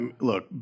Look